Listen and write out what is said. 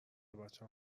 بچم